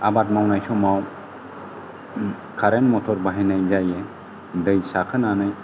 आबाद मावनाय समाव कारेन्त मटर बाहायनाय जायो दै सारखोनानै